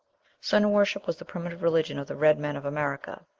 sun-worship was the primitive religion of the red men of america.